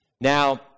Now